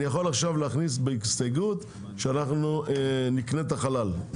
אני יכול עכשיו להכניס בהסתייגות שאנחנו נקנה את החלל.